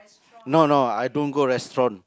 no no I don't go restaurant